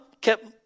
kept